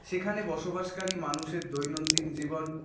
সেখানে বসবাসকারী মানুষের দৈনন্দিন জীবন